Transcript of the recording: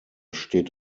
steht